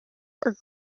are